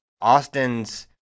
Austin's